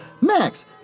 Max